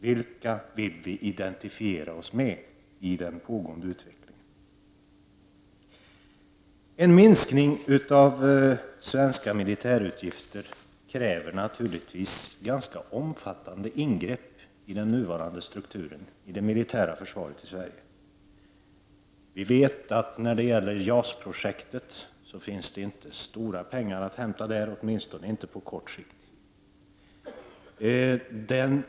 Vilka vill vi identifiera oss med i den pågående utvecklingen? En minskning av svenska militärutgifter kräver naturligtvis ganska omfattande ingrepp i den nuvarande strukturen hos det militära försvaret i Sverige. Vi vet att när det gäller JAS-projektet finns det inte stora pengar att hämta där, åtminstone inte på kort sikt.